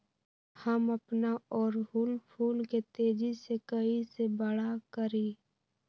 हम अपना ओरहूल फूल के तेजी से कई से बड़ा करी?